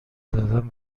دادن